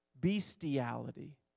bestiality